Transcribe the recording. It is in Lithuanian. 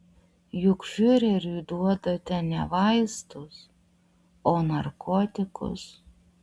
juk fiureriui duodate ne vaistus o narkotikus